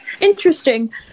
interesting